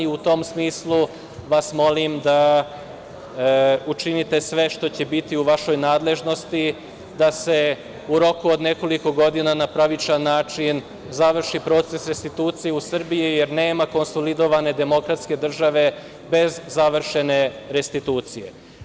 U tom smislu vas molim da učinite sve što će biti u vašoj nadležnosti da se u roku od nekoliko godina na pravičan način završi proces restitucije u Srbiji, jer nema konsolidovane demokratske države bez završene restitucije.